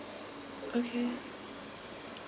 okay